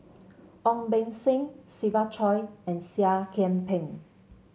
Ong Beng Seng Siva Choy and Seah Kian Peng